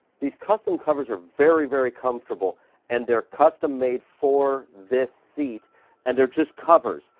these custom covers are very very comfortable and they're custom made for this seat and they're just covers.